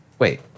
Wait